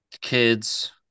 kids